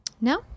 No